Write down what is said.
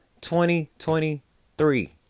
2023